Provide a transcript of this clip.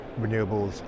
renewables